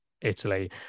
Italy